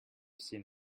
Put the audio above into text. seen